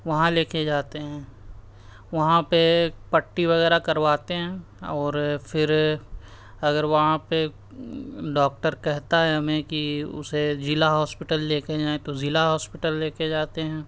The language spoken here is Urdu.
وہاں لے کے جاتے ہیں وہاں پہ پٹی وغیرہ کرواتے ہیں اور پھر اگر وہاں پہ ڈاکٹر کہتا ہے ہمیں کہ اسے ضلع ہوسپٹل لے کے جائیں تو ضلع ہوسپٹل لے کے جاتے ہیں